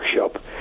workshop